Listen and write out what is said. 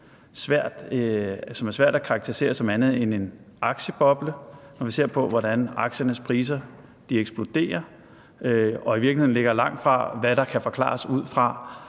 som er svært at karakterisere som andet end en aktieboble, når vi ser på, hvordan aktiernes priser eksploderer og i virkeligheden ligger langt fra, hvad der kan forklares ud fra,